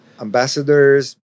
ambassadors